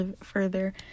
further